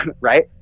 right